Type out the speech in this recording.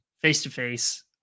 face-to-face